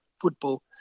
football